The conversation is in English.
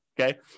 Okay